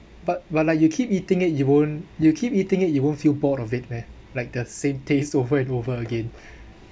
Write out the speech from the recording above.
but but like you keep eating it you won't you keep eating it you won't feel bored of it meh like the same taste over and over again